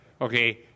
Okay